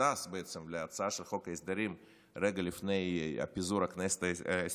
נכנס בעצם להצעה של חוק ההסדרים רגע לפני פיזור הכנסת העשרים-וארבע,